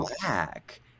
black